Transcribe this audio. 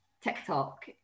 TikTok